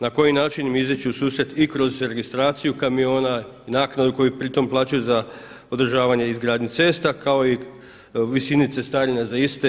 Na koji način im izići u susret i kroz registraciju kamiona i naknadu koju pritom plaćaju za održavanje i izgradnju cesta kao i visini cestarine za iste.